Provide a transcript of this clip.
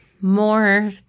more